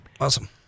Awesome